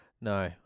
No